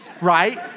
right